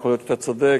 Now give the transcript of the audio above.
יכול להיות שאתה צודק.